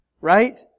Right